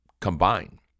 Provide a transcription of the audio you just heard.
combine